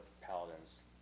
paladins